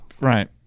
Right